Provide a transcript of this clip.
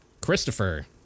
Christopher